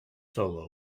solo